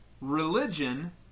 religion